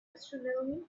astronomy